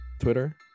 Twitter